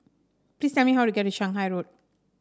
please tell me how to get to Shanghai Road